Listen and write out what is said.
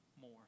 more